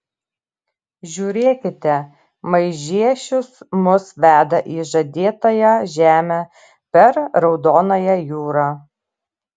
žiūrėkite maižiešius mus veda į žadėtąją žemę per raudonąją jūrą